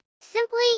Simply